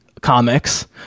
comics